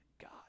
God